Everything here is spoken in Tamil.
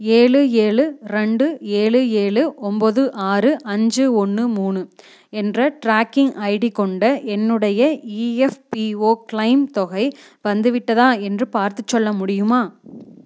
ஏழு ஏழு ரெண்டு ஏழு ஏழு ஒம்போது ஆறு அஞ்சு ஒன்று மூணு என்ற ட்ராக்கிங் ஐடி கொண்ட என்னுடைய இஎஃப்பிஓ க்ளைம் தொகை வந்துவிட்டதா என்று பார்த்துச் சொல்ல முடியுமா